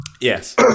Yes